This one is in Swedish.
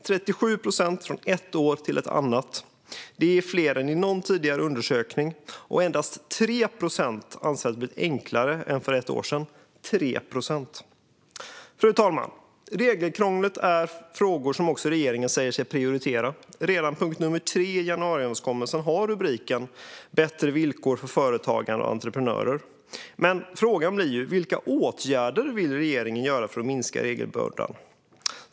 37 procent från ett år till ett annat - det är fler än i någon tidigare undersökning. Endast 3 procent anser att det har blivit enklare än för ett år sedan. 3 procent! Fru talman! Regelkrånglet är något som också regeringen säger sig prioritera. Redan punkt nummer tre i januariöverenskommelsen har rubriken "Bättre villkor för företagande och entreprenörer". Men frågan blir: Vilka åtgärder vill regeringen vidta för att minska regelbördan?